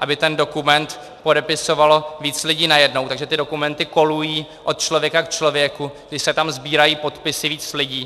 aby ten dokument podepisovalo víc lidí najednou, takže ty dokumenty kolují od člověka k člověku, kdy se tam sbírají podpisy víc lidí.